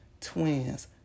Twins